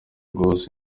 guhuza